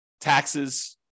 taxes